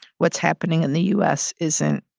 what's happening in the u s. isn't